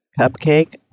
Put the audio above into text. cupcake